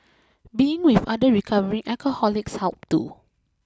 being with other recovering alcoholics helped too